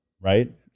right